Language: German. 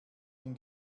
den